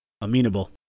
amenable